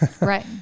Right